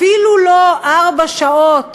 אפילו לא ארבע שעות,